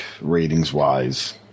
ratings-wise